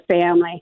family